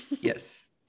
Yes